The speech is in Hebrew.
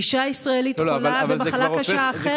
אישה ישראלית חולה במחלה קשה אחרת, לא, לא.